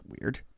weird